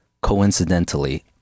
Coincidentally